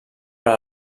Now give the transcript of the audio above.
per